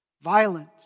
Violence